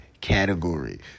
category